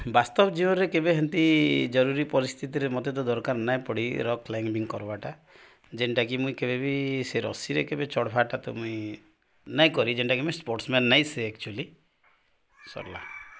ବାସ୍ତବ ଜୀବନରେ କେବେ ହେନ୍ତି ଜରୁରୀ ପରିସ୍ଥିତିରେ ମତେ ତ ଦରକାର ନାଇଁ ପଡ଼ି ରକ୍ କ୍ଲାଇମ୍ବିଙ୍ଗ୍ କର୍ବାଟା ଯେନ୍ଟାକି ମୁଇଁ କେବେ ବି ସେ ରସିିରେ କେବେ ଚଢ଼୍ବାଟା ତ ମୁଇଁ ନାଇଁ କରି ଯେନ୍ଟାକି ମୁଇଁ ସ୍ପୋର୍ଟ୍ସମେନ୍ ନାଇଁସେ ଏକ୍ଚୁଲି ସର୍ଲା